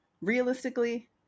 realistically